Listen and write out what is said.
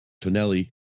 Tonelli